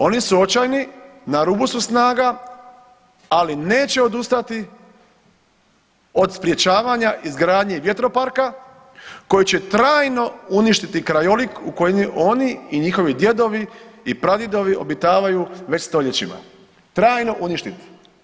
Oni su očajni, na rubu su snaga, ali neće odustati od sprječavanja izgradnje vjetroparka koji će trajno uništiti krajolik u koji oni i njihovi djedovi i pradjedovi obitavaju već stoljećima, trajno uništiti.